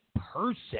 person